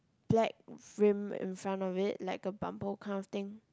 black rim in front of it like a bumper kind of thing